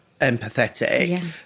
empathetic